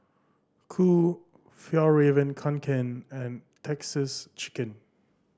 Qoo Fjallraven Kanken and Texas Chicken